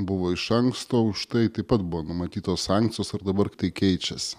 buvo iš anksto už tai taip pat buvo numatytos sankcijos ar dabar tai keičias